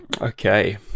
okay